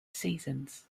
seasons